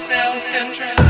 self-control